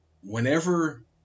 whenever